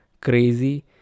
crazy